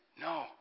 No